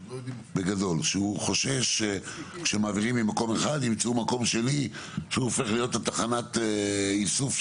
הוא חושש שמעבירים ממקום אחד וימצאו מקום שני שיהפוך להיות תחנת האיסוף.